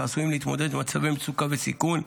שעשויים להתמודד עם מצבי מצוקה וסיכון,